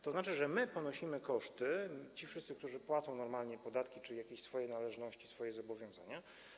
To znaczy, że my ponosimy koszty, ci wszyscy, którzy płacą normalnie podatki czy jakieś swoje należności, swoje zobowiązania.